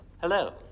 Hello